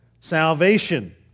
salvation